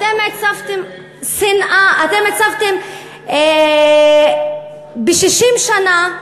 אתם הצבתם שנאה, אתה הצבתם ב-60 שנה שנאה,